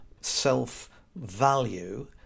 self-value